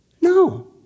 No